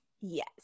Yes